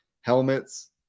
helmets